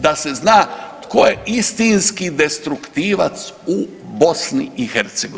Da se zna tko je istinski destruktivac u BiH.